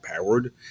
powered